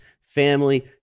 family